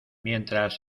mientras